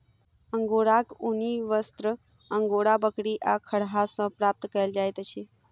अंगोराक ऊनी वस्त्र अंगोरा बकरी आ खरहा सॅ प्राप्त कयल जाइत अछि